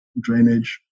drainage